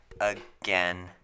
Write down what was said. again